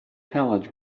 college